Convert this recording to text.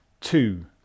two